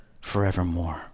forevermore